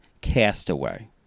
Castaway